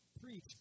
preach